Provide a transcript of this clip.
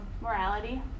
morality